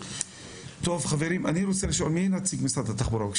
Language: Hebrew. אני רוצה לשאול את נציג משרד התחבורה, בבקשה.